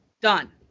Done